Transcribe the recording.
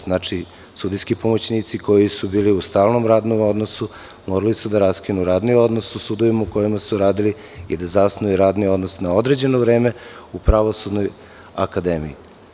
Znači, sudijski pomoćnici koji su bili u stalnom radnom odnosu morali su da raskinu radni odnos u sudovima u kojima su radili i da zasnuju radni odnos na određeno vreme u Pravosudnoj akademiji.